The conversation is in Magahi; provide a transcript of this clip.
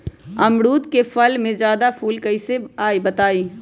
अमरुद क फल म जादा फूल कईसे आई बताई?